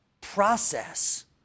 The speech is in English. process